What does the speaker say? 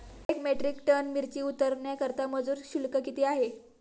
एक metric ton मिरची उतरवण्याकरता मजुर शुल्क किती आहे?